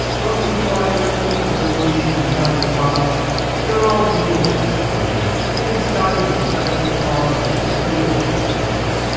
don't think twice it is the full version without any bugs and we are all doing it the official way. before we starting the instructional part, let's but me just tell you a couple of things,